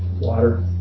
water